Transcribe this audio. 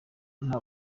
nta